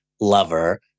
lover